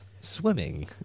swimming